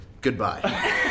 Goodbye